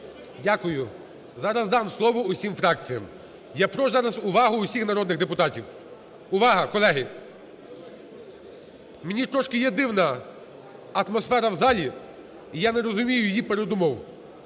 Дякую. Зараз дам слово усім фракціям. Я прошу зараз увагу усіх народних депутатів. Увага, колеги! Мені трошки є дивна атмосфера в залі, і я не розумію її передумов.